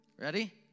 Ready